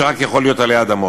שרק יכול להיות עלי אדמות.